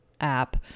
app